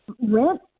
rent